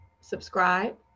subscribe